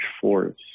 force